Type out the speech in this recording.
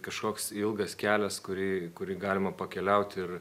kažkoks ilgas kelias kurį kurį galima pakeliauti ir